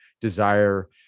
desire